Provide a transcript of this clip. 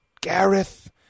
Gareth